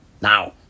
now